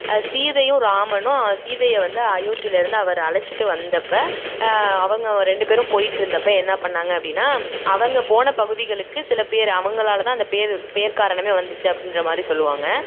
சீதையும் ராமனும் சீதையை வந்து அயோத்தியில் இருந்து அவர் அழைச்சிட்டு வந்தப்போ அவங்க ரெண்டு பேரும் போயிட்டுருந்தப்ப என்ன பண்ணிணாங்க அப்படீனா அவங்க போன பகுதிகளுக்கு சில பேர் அவங்களால் தான் அந்த பேர் பேர் காரணமே வந்துச்சி அப்படீன்ற மாதிரி சொல்லுவாங்க